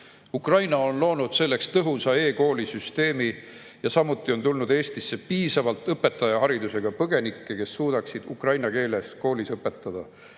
Ukraina on loonud selleks tõhusa e-koolisüsteemi, samuti on tulnud Eestisse piisavalt õpetajaharidusega põgenikke, kes suudaksid ukraina keeles koolis õpetada.